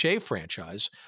franchise